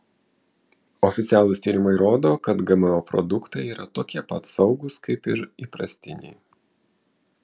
oficialūs tyrimai rodo kad gmo produktai yra tokie pat saugūs kaip ir įprastiniai